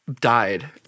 died